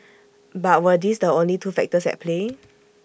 but were these the only two factors at play